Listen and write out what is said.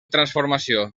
transformació